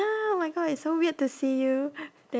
ya oh my god it's so weird to see you there